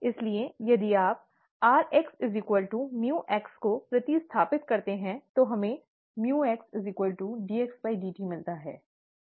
इसलिए यदि आप rx µx को प्रतिस्थापित करते हैं तो हमें µx dx dt मिलता है